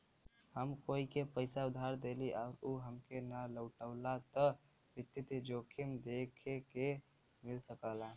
हम कोई के पइसा उधार देली आउर उ हमके ना लउटावला त वित्तीय जोखिम देखे के मिल सकला